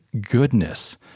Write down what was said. goodness